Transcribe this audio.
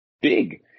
big